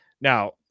Now